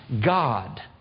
God